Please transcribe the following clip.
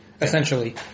essentially